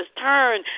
turn